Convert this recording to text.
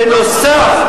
נוסף,